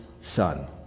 Son